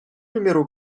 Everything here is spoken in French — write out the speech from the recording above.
numéro